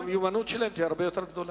המיומנות שלהם כבר תהיה הרבה יותר גדולה.